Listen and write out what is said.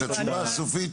את התשובה הסופית,